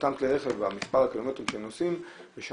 מספר כלי הרכב שנוסעים בשנה,